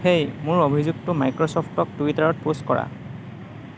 হেই মোৰ অভিযোগটো মাইক্ৰ'চফ্টক টুইটাৰত পোষ্ট কৰা